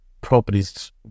properties